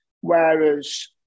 Whereas